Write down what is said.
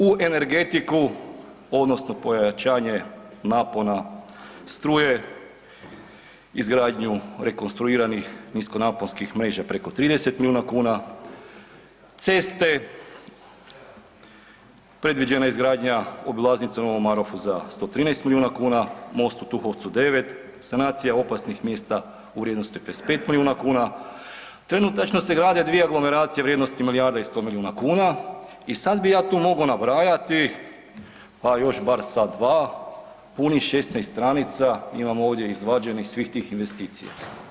U energetiku, odnosno pojačanje napona struje izgradnju rekonstruiranih niskonaponskih mreža preko 30 milijuna kuna, ceste predviđena izgradnja obilaznice u Novom Marofu za 113 milijuna kuna, most u Tuhovcu 9, sanacija opasnih mjesta u vrijednosti 55 milijuna kuna, trenutačno se grade dvije aglomeracije vrijednosti milijarda i 100 milijuna kuna i sad bi ja tu mogao nabrajati, pa još bar sat, dva punih 16 stranica imam ovdje izvađenih svih tih investicija.